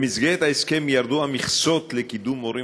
במסגרת ההסכם ירדו המכסות לקידום מורים